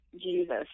jesus